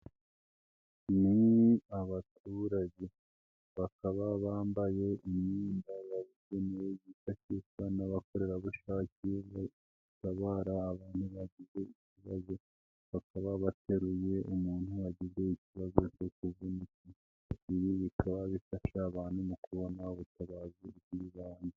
Ni abaturage bakaba bambaye imyenda bayigenewe yifashishwa n'abakorerabushake batabara abantu bafite ikibazo, bakaba bateruye umuntu wagize ikibazo cyo kuvunika, ibi bikaba bifasha abantu mu kubona ubutabazi bw'ibanze.